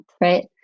right